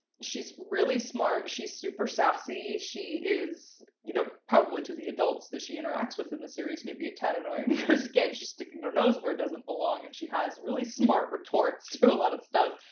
she's really smart. she's super sassy. she is you know probably to the adults that she interacts with in the series maybe a tad annoying because again she's sticking her nose where it doesn't belong and she has really smart retorts to a lot of stuff.